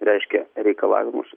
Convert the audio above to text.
reiškia reikalavimus